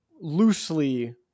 loosely